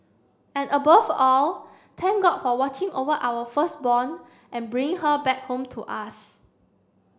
and above all thank god for watching over our firstborn and bring her back home to us